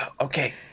okay